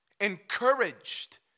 encouraged